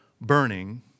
burning